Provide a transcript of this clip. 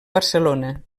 barcelona